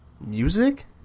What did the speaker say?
Music